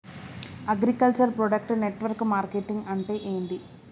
Agriculture product network marketing అంటే ఏంది?